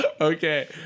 okay